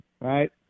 right